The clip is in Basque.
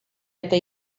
eta